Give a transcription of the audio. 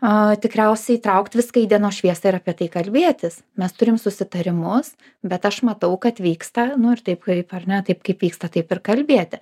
tikriausiai traukt viską į dienos šviesą ir apie tai kalbėtis mes turim susitarimus bet aš matau kad vyksta nu ir taip kaip ar ne taip kaip vyksta taip ir kalbėti